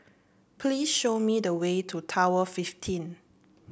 please show me the way to Tower Fifteen